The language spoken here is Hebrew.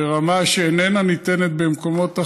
ברמה שאיננה ניתנת במקומות אחרים,